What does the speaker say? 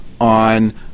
on